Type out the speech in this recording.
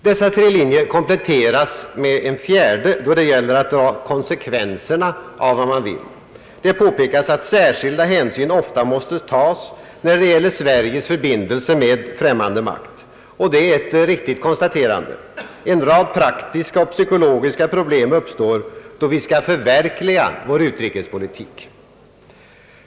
Dessa tre linjer kompletteras med en fjärde när det gäller att dra konsekvenserna av vad man vill. Det påpekas att särskild hänsyn ofta måste tas när det gäller Sveriges förbindelser med främmande makt. Det är ett riktigt konstaterande. En rad praktiska och psykologiska problem uppstår, då vi skall förverkliga vår utrikespolitik.